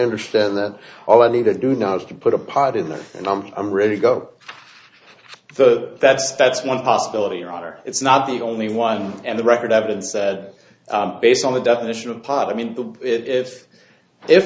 understand that all i need to do now is to put a pod in there and i'm i'm ready to go so that's that's one possibility or other it's not the only one and the record evidence based on the definition of pod i mean if if